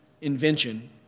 invention